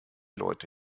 leute